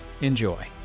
Enjoy